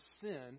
sin